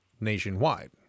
nationwide